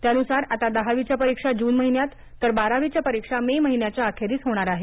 त्यानुसार आता दहावीच्या परीक्षा जून महिन्यात तर बारावीच्या परीक्षा मे महिन्याच्या अखेरीस होणार आहेत